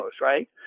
right